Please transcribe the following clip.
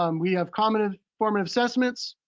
um we have common informative assessments.